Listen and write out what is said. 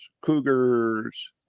cougars